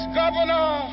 governor